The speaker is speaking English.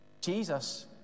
Jesus